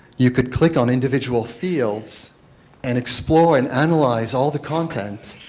you could click on individual fields and explore and analyze all the content,